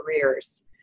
careers